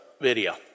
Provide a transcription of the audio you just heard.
video